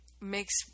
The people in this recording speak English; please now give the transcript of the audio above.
makes